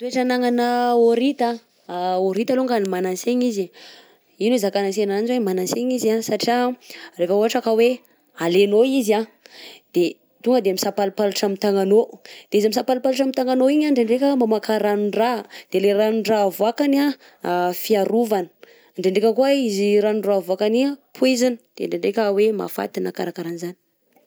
Toetra anagnana aorita an,a aorita alongany manantsegna izy, ino izakansena ananjy hoe manantsegna izy a? Satria rehefa ohatra ka hoe alenao izy an de tonga de misapalopalotra amin'ny tagnanao de izy misapalopalotra amin'ny tagnanao igny ndrendreka mamoaka ranon-draha de le ranon-draha avoàkany a fiarovana, ndrendreka koà izy ranon-draha avoakany igny a poizina de ndrendreka hoe mahafaty na karakaran'izany.